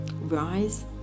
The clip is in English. rise